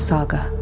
Saga